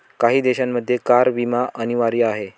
काही देशांमध्ये कार विमा अनिवार्य आहे